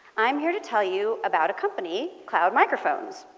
i'm here to tell you about a company, cloud microphones.